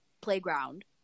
playground